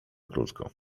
krótko